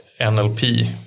NLP